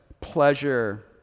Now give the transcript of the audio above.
pleasure